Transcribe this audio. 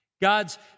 God's